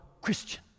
Christian